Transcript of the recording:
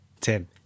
Tim